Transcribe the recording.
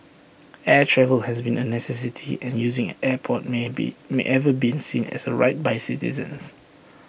air travel has been A necessity and using an airport may be may ever be seen as A right by citizens